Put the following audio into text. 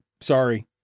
Sorry